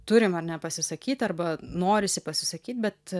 turim ar ne pasisakyti arba norisi pasisakyt bet